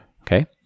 Okay